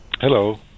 Hello